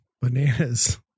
Bananas